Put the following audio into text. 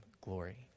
glory